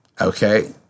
okay